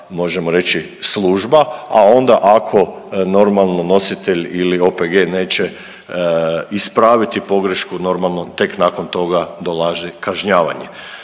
možemo reći služba, a onda ako normalno nositelj ili OPG neće ispraviti pogrešku normalno tek nakon toga dolazi kažnjavanje.